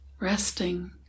resting